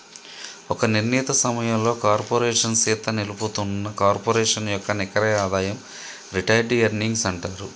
ఒక నిర్ణీత సమయంలో కార్పోరేషన్ సీత నిలుపుతున్న కార్పొరేషన్ యొక్క నికర ఆదాయం రిటైర్డ్ ఎర్నింగ్స్ అంటారు